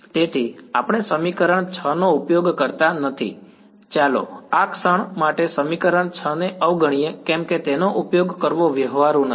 તેથી આપણે સમીકરણ 6 નો ઉપયોગ કરતા નથી ચાલો આ ક્ષણ માટે સમીકરણ 6 ને અવગણીએ કેમ કે તેનો ઉપયોગ કરવો વ્યવહારુ નથી